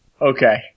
Okay